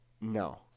No